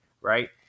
right